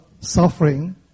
suffering